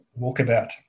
walkabout